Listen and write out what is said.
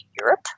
Europe